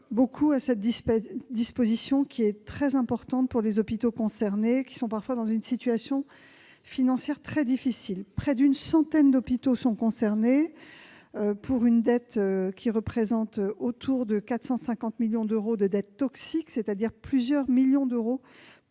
beaucoup à cette disposition importante pour les hôpitaux qui connaissent une situation financière très difficile. Près d'une centaine d'hôpitaux sont concernés, pour un montant représentant environ 450 millions d'euros de dettes toxiques, c'est-à-dire plusieurs millions d'euros